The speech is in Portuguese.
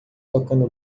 tocando